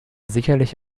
sicherlich